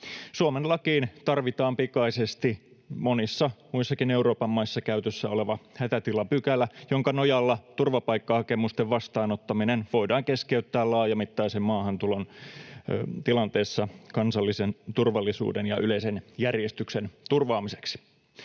esittää siis säädettäväksi välittömästi Suomen lainsäädäntöön hätätilapykälää, jonka nojalla turvapaikkahakemusten vastaanottaminen voidaan keskeyttää laajamittaisen maahantulon tilanteessa kansallisen turvallisuuden ja yleisen järjestyksen turvaamiseksi.